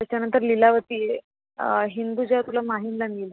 त्याच्यानंतर लिलावती आहे हिंदुजा तुला माहिमला नेईल